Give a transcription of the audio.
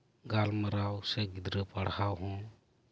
ᱜᱟᱞᱢᱟᱨᱟᱣ ᱥᱮ ᱜᱤᱫᱽᱨᱟᱹ ᱯᱟᱲᱦᱟᱣ ᱦᱚᱸ